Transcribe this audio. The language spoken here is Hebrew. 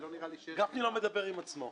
גפני לא מדבר עם עצמו...